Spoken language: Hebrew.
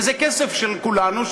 וזה כסף של כולנו,